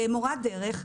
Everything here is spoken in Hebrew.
מורת דרך,